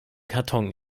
karton